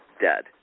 dead